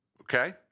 okay